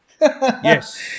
yes